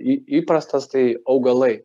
į įprastas tai augalai